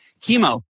chemo